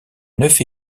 neuf